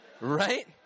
right